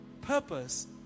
purpose